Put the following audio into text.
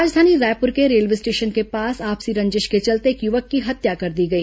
राजधानी रायपुर के railway station के पास आपसी रंजिश के चलते एक युवक की हत्या कर दी गई